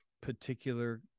particular